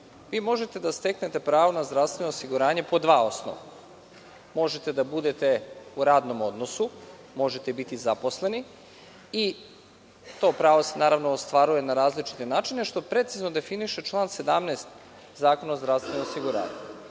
vi možete da steknete pravo na zdravstveno osiguranje po dva osnova. Možete da budete u radnom odnosu, možete biti zaposleni i to pravo se ostvaruje na različite načine, što precizno definiše član 17. Zakona o zdravstvenom osiguranju.